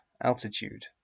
altitude